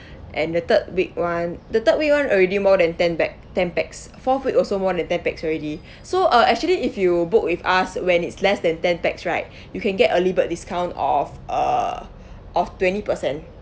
and the third week [one] the third week [one] already more than ten pax ten pax fourth week also more than ten pax already so uh actually if you book with us when it's less than ten pax right you can get early bird discount of uh of twenty percent